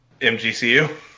MGCU